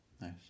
Nice